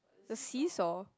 the see-saw